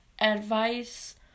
advice